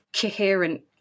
coherent